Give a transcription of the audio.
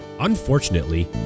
Unfortunately